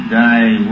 die